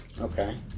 Okay